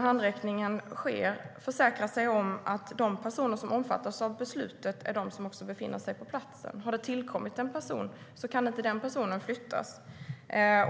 handräckningen sker måste kronofogden försäkra sig om att de personer som omfattas av beslutet också är de som befinner sig på platsen. Har det tillkommit en person kan den inte flyttas,